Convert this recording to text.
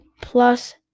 plus